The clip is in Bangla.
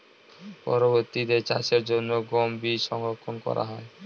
পরবর্তিতে চাষের জন্য গম বীজ সংরক্ষন করা হয়?